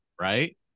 right